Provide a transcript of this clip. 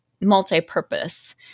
multi-purpose